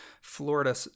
Florida